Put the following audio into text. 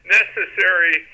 necessary